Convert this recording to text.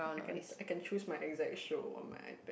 I can I can choose my exact show on my iPad